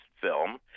film